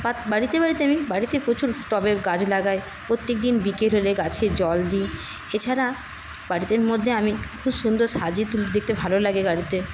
বাড়িতে বাড়িতে আমি বাড়িতে প্রচুর টবে গাছ লাগাই প্রত্যেকদিন বিকেল হলে গাছে জল দিই এছাড়া বাড়িতের মধ্যে আমি খুব সুন্দর সাজিয়ে তুলি দেখতে ভালো লাগে বাড়িতে